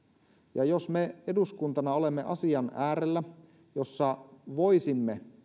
ja jos me eduskuntana olemme asian äärellä jossa voisimme